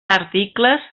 articles